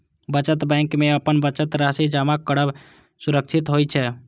बचत बैंक मे अपन बचत राशि जमा करब सुरक्षित होइ छै